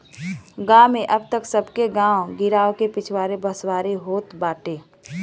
गांव में तअ सबके गांव गिरांव के पिछवारे बसवारी होत बाटे